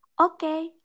Okay